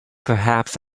perhaps